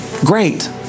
Great